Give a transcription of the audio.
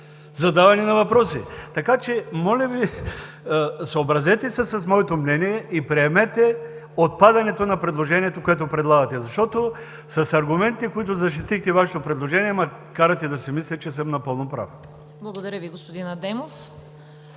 задаване на въпроси. Така че моля Ви, съобразете се с моето мнение и приемете отпадането на предложението, което предлагате, защото с аргументите, с които защитихте Вашето предложение, ме карате да си мисля, че съм напълно прав. ПРЕДСЕДАТЕЛ